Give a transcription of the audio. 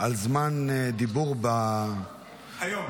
על זמן דיבור --- היום.